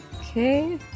Okay